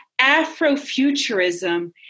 afrofuturism